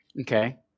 Okay